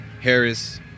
Harris